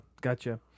gotcha